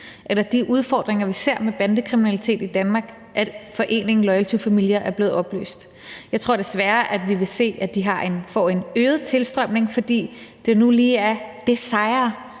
eller de udfordringer, vi ser med bandekriminalitet i Danmark, at foreningen Loyal To Familia er blevet opløst. Jeg tror desværre, at vi vil se, at de får en øget tilstrømning, fordi det nu lige er det sejere